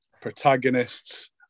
protagonists